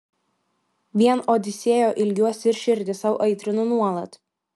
vien odisėjo ilgiuos ir širdį sau aitrinu nuolat